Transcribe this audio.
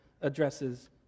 addresses